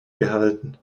gehalten